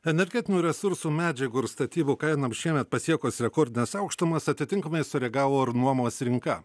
energetinių resursų medžiagų ir statybų kainoms šiemet pasiekus rekordines aukštumas atitinkamai sureagavo ir nuomos rinka